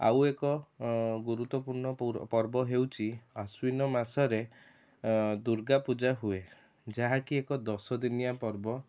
ଆଉ ଏକ ଗୁରୁତ୍ୱପୂର୍ଣ୍ଣ ପର୍ବ ହେଉଛି ଆଶ୍ୱିନ ମାସରେ ଦୂର୍ଗା ପୂଜା ହୁଏ ଯାହାକି ଏକ ଦଶ ଦିନିଆ ପର୍ବ